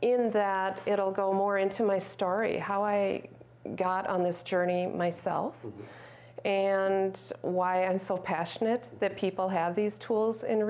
in that it'll go more into my story how i got on this journey myself and why i'm so passionate that people have these tools and